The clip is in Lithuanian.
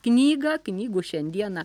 knygą knygų šiandieną